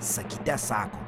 sakyte sako